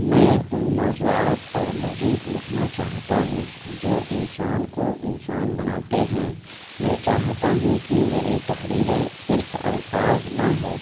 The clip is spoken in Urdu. میں ان موضوعات پر مزید لکھنا چاہتا ہوں جو انسان کو انسان بناتے ہیں میں چاہتا ہوں کہ میری تحریریں صرف الفاظ نہ ہو